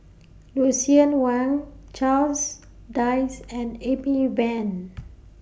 Lucien Wang Charles Dyce and Amy Van